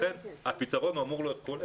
לכן הפתרון אמור להיות פה.